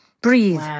breathe